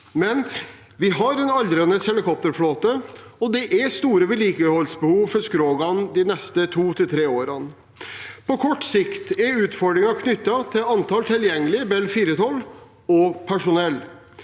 men vi har en aldrende helikopterflåte, og det er store vedlikeholdsbehov for skrogene de neste to–tre årene. På kort sikt er utfordringen knyttet til antall tilgjengelige Bell 412 og personell,